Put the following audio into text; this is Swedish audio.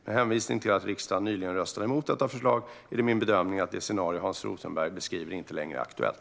Med hänvisning till att riksdagen nyligen röstade emot detta förslag är det min bedömning att det scenario som Hans Rothenberg beskriver inte längre är aktuellt.